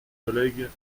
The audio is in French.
collègue